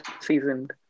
seasoned